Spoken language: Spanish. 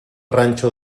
rancho